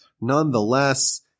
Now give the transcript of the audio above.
nonetheless